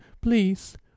Please—